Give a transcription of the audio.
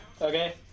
Okay